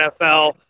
NFL